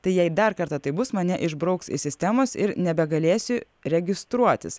tai jei dar kartą taip bus mane išbrauks iš sistemos ir nebegalėsiu registruotis